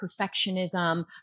perfectionism